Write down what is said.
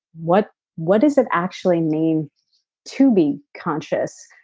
what what does it actually mean to be conscious?